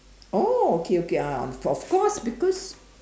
oh okay okay ah of course because